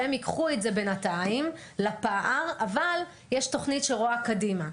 שהם ייקחו את הפער בינתיים אבל יש תוכנית שרואה קדימה.